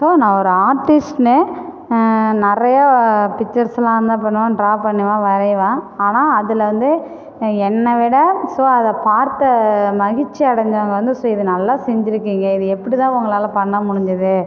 so நான் ஒரு ஆர்ட்டிஸ்ட்னு நிறையா பிக்சர்ஸ்லா என்ன பண்ணுவேன் ட்ரா பண்ணுவேன் வரைவேன் ஆனால் அதில் வந்து என்னை விட ஸோ அதை பார்த்த மகிழ்ச்சி அடைஞ்சவங்க வந்து ஸோ இதை நல்லா செஞ்சுருக்கீங்க இது எப்படி தான் உங்களால் பண்ண முடிஞ்சுது